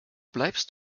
bleibst